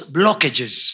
blockages